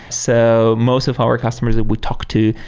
so most of our customers that we talk to,